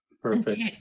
Perfect